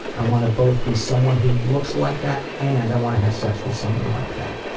i wanna both be someone who looks like that and i wanna have sex with someone like that.